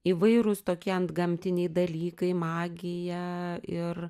įvairūs tokie antgamtiniai dalykai magija ir